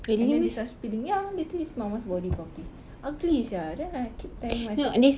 and then this [one] spilling ya literally is mama's body probably ugly sia then I keep telling myself